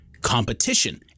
competition